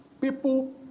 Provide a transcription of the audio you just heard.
people